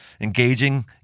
Engaging